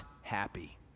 happy